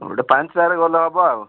ଗୋଟେ ଗଲେ ହେବ ଆଉ